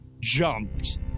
jumped